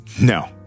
no